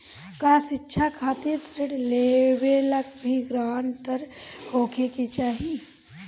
का शिक्षा खातिर ऋण लेवेला भी ग्रानटर होखे के चाही?